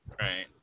Right